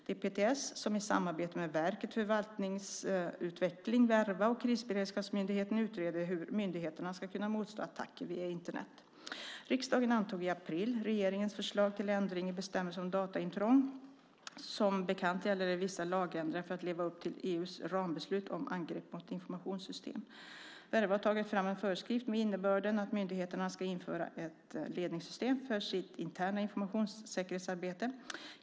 Det är PTS som i samarbete med Verket för förvaltningsutveckling, Verva, och Krisberedskapsmyndigheten utreder hur myndigheterna ska kunna motstå attacker via Internet. Riksdagen antog i april regeringens förslag till ändring i bestämmelsen om dataintrång, justitieutskottets betänkande 2006/07:JuU13. Som bekant gällde det vissa lagändringar för att leva upp till EU:s rambeslut om angrepp mot informationssystem. Verva har tagit fram en föreskrift med innebörden att myndigheterna ska införa ett ledningssystem för sitt interna informationssäkerhetsarbete.